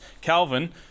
Calvin